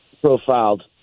profiled